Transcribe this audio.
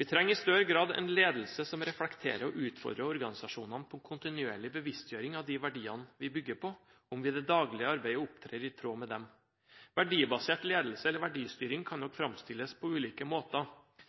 Vi trenger i større grad en ledelse som reflekterer og utfordrer organisasjonene på en kontinuerlig bevisstgjøring av de verdiene vi bygger på, og om vi i det daglige arbeidet opptrer i tråd med disse. Verdibasert ledelse eller verdistyring kan nok framstilles på ulike måter,